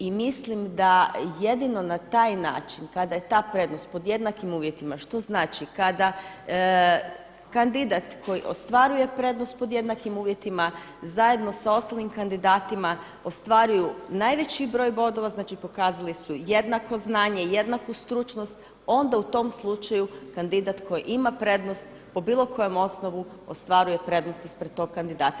I mislim da jedino na taj način kada je ta prednost pod jednakim uvjetima, što znači kada kandidat koji ostvaruje prednost pod jednakim uvjetima zajedno sa ostalim kandidatima ostvaruju najveći broj bodova, znači pokazali su jednako znanje, jednaku stručnost onda u tom slučaju kandidat koji ima prednost po bilo kojem osnovu ostvaruje prednost ispred tog kandidata.